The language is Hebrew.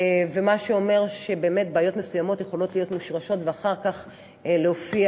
מה שאומר שבעיות מסוימות יכולות להיות מושרשות ואחר כך להופיע